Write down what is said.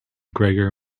gregor